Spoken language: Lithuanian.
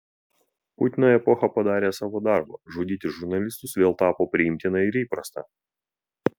putino epocha padarė savo darbą žudyti žurnalistus vėl tapo priimtina ir įprasta